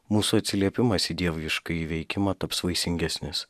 mūsų atsiliepimas į dieviškąjį veikimą taps vaisingesnis